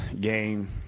game